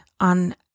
on